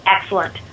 excellent